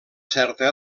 certa